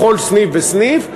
בכל סניף וסניף,